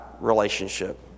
relationship